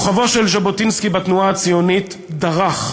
כוכבו של ז'בוטינסקי בתנועה הציונית דרך,